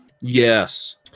yes